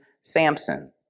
Samson